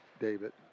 David